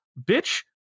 bitch